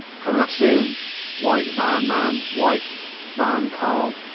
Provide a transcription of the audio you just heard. coming up soon white van man' white van karl.